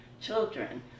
children